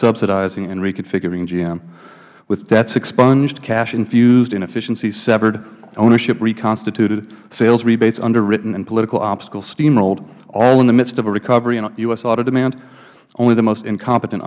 subsidizing and reconfiguring gm with debts expunged cash infused and efficiencies severed ownership reconstituted sales rebates underwritten and political obstacles steamrolled all in the midst of a recovery in u s auto demand only the most incompetent